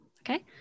Okay